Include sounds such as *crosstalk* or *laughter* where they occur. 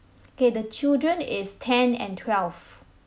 *noise* okay the children is ten and twelve